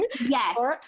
Yes